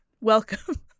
Welcome